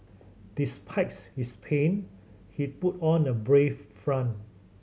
despite his pain he put on a brave front